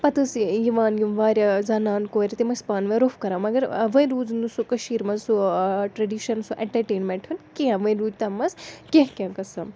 پَتہٕ ٲس یِوان یِم واریاہ زَنان کورِ تِم ٲسۍ پانہٕ ؤنۍ روٚف کَران مگر وۄنۍ روٗز نہٕ سُہ کٔشیٖر مَنٛز سُہ ٹرٛیڈِشَن سُہ اٮ۪نٹَرٹینمٮ۪نٛٹ ۂن کینٛہہ وۄنۍ روٗدۍ تَتھ منٛز کینٛہہ کینٛہہ قٔسٕم